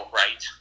right